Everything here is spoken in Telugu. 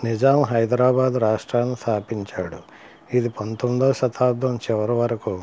నిజాం హైదరాబాద్ రాష్ట్రాన్ని స్థాపించాడు ఇది పంతొమ్మిదవ శతాబ్దం చివరి వరకు